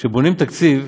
כשבונים תקציב,